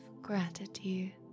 gratitude